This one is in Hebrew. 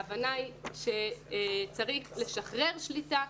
ההבנה היא שצריך לשחרר שליטה,